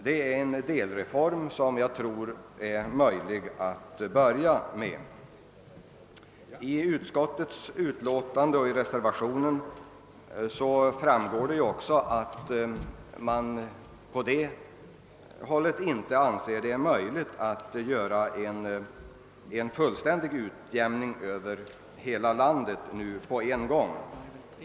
Det är en delreform som jag tror att man skulle kunna börja med. Av utskottsutlåtandet och av reservationen framgår också att man inom utskottet inte anser det vara möjligt att åstadkomma en fullständig utjämning över hela landet på en gång.